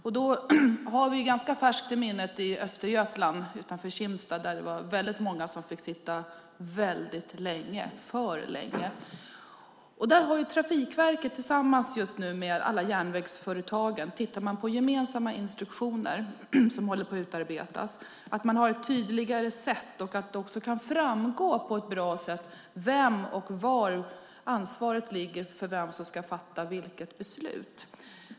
Vi har ganska färskt i minnet hur det var i Östergötland utanför Kimstad, där väldigt många fick sitta länge, för länge. Trafikverket tittar nu tillsammans med alla järnvägsföretagen på gemensamma instruktioner som håller på att utarbetas, så att man kan ha ett tydligare sätt och så att det också kan framgå på ett bra sätt hos vem och var ansvaret ligger och vem som ska fatta vilket beslut.